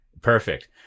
Perfect